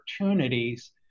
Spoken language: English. opportunities